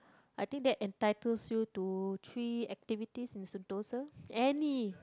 I think that entitles you to three activities in Sentosa any